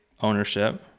ownership